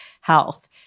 health